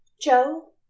Joe